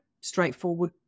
straightforward